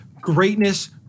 Greatness